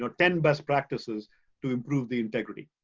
so ten best practices to improve the integrity.